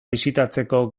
bisitatzeko